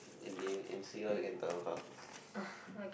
again and see what we can talk about